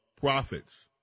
profits